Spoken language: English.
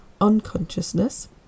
unconsciousness